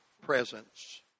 presence